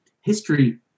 history